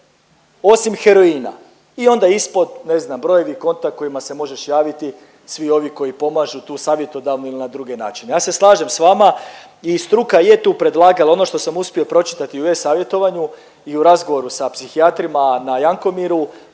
osim heroina i onda ispod ne znam brojevi kontakt kojima se možeš javiti, svi ovi koji pomažu tu savjetodavni ili na druge načine. Ja se slažem s vama i struka je tu predlagala, ono što sam uspio pročitati u e-savjetovanju i u razgovoru sa psihijatrima na Jankomiru